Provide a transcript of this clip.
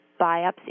biopsy